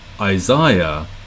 Isaiah